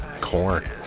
corn